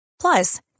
Plus